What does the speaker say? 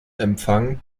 empfang